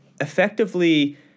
effectively